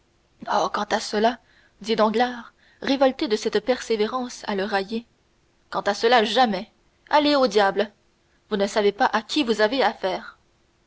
oh quant à cela dit danglars révolté de cette persévérance à le railler quant à cela jamais allez au diable vous ne savez pas à qui vous avez affaire